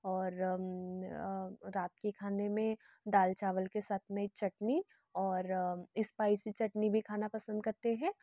और रात के खाने में दाल चावल के साथ में चटनी और इस्पाइसी चटनी भी खाना पसंद करते हैं